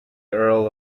earl